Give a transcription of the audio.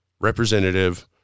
representative